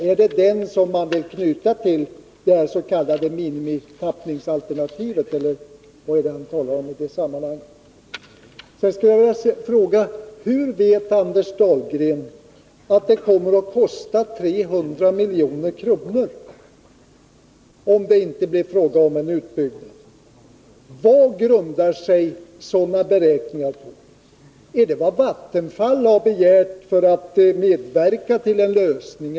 Är det den som han vill knyta till det s.k. minimitappningsalternativet, eller vad är det? 81 Sedan skulle jag vilja fråga: Hur vet Anders Dahlgren att det kommer att kosta 300 milj.kr. om det inte blir fråga om en utbyggnad? Vad grundar sig sådana beräkningar på? Är det vad Vattenfall har begärt för att medverka till en lösning?